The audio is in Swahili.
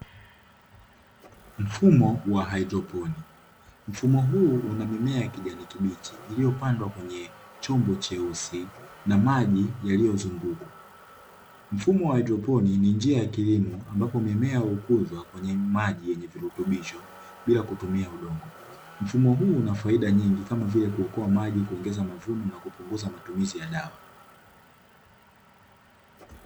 Mfumo wa haidroponi, mfumo huu una mimea ya kijani kibichi iliyopandwa kwenye chombo cheusi na maji yaliyozungukwa. Mfumo wa haidroponi ni njia ya kilimo ambapo mimea hukuzwa kwenye maji yenye virutubisho bila kutumia udongo. Mfumo huu una faida nyingi kama vile kuokoa maji, kuongeza mavuno na kupunguza matumizi ya dawa.